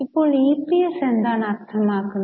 ഇപ്പോൾ ഇപിഎസ് എന്താണ് അർത്ഥമാക്കുന്നത്